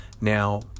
Now